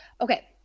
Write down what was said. Okay